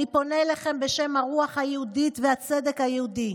אני פונה אליכם בשם הרוח היהודית והצדק היהודי,